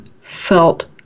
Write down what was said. felt